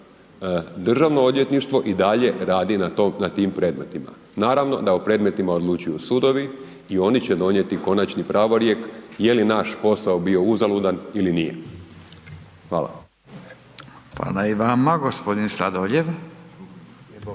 Državno odvjetništvo i dalje rade na tim predmetima. Naravno da o predmetima odlučuju sudovi i oni će donijeti konačni pravorijek je li naš posao bio uzalud ili nije. Hvala. **Radin, Furio